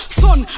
son